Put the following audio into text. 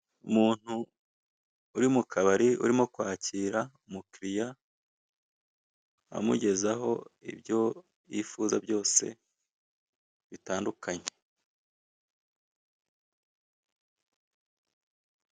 Umuntu uri mu kabari urimo kwakira umukiriya amugezaho ibyo yifuza byose bitandukanye.